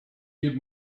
give